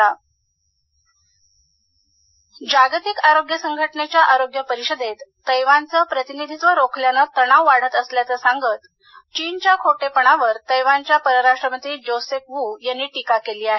Taiwan जागतिक आरोग्य संघटनेच्या आरोग्य परिषदेत तैवानचे प्रतिनिधित्व रोखल्याने तणाव वाढत असल्याचे सांगत चीनच्या खोटेपणावर तैवानच्या परराष्ट मंत्री जोसेफ वू यांनी टीका केली आहे